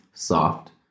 Soft